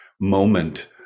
moment